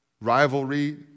rivalry